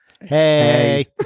Hey